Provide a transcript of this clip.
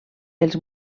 els